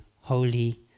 holy